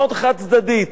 מאוד חד-צדדית.